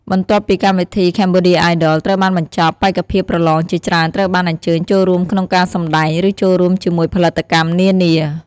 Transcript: បន្ទាប់ពីកម្មវិធី "Cambodia Idol" ត្រូវបានបញ្ចប់ បេក្ខភាពប្រឡងជាច្រើនត្រូវបានអញ្ជើញចូលរួមក្នុងការសម្តែង ឬចូលរួមជាមួយផលិតកម្មនានា។